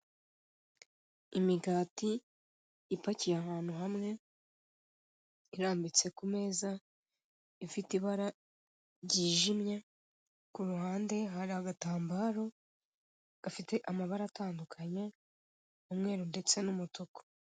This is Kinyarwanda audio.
Imigati, ipakiye ahantu hamwe, irambitse ku meza, ifite ibara ry'ijimye, ku ruhande hari agatambaro gafite amabara atandukanye, umweru ndetse n'umutuku.